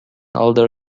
older